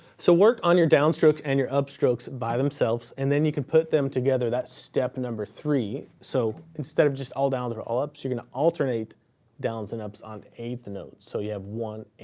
so work on your downstrokes and your upstrokes by themselves, and then you can put them together. that's step number three. so instead of just all downs or all ups, you're gonna alternate downs and ups on eighth-notes, so you have one-and,